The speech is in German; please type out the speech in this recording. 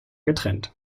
getrennt